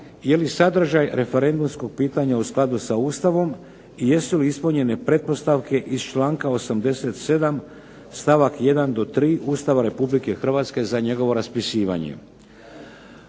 je li sadržaj referendumskog pitanja u skladu sa Ustavom i jesu li ispunjene pretpostavke iz članka 87. stavak 1. do 3. Ustava Republike Hrvatske za njegovo raspisivanje.